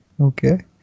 Okay